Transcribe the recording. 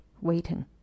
waiting